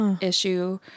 issue